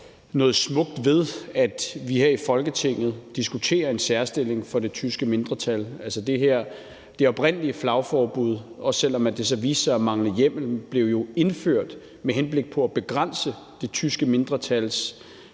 noget smukt ved, at vi her i Folketinget diskuterer en særstilling for det tyske mindretal. Det oprindelige flagforbud – også selv om det viste sig at mangle hjemmel – blev jo indført med henblik på at begrænse det tyske mindretals